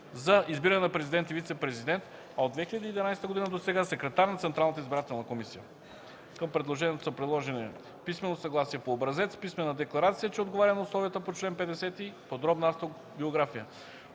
за избиране на президент и вицепрезидент на Република България, а от 2011 г. до сега – секретар на Централната избирателна комисия. Към предложението са приложени: - писмено съгласие по образец; - писмена декларация, че отговоря на условията по чл. 50; - подробна автобиография.